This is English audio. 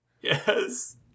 Yes